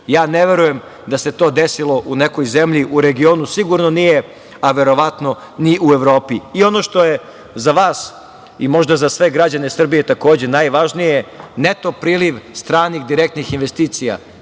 Ne verujem da se to desilo u nekoj zemlji u regionu, sigurno nije, a verovatno ni u Evropi. Ono što je za vas i možda za sve građane Srbije takođe najvažnije, neto priliv stranih direktnih investicija